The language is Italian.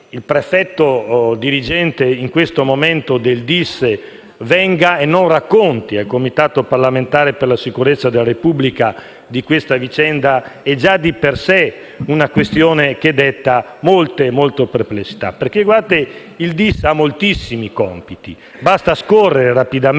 il prefetto dirigente in questo momento del DIS venga audito e non racconti al Comitato parlamentare per la sicurezza della Repubblica di questa vicenda è già di per sé una questione che desta molte, molte perplessità. Il DIS, infatti ha moltissimi compiti. Basta scorrere rapidamente